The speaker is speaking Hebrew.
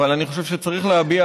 אבל אני חושב שצריך להביע,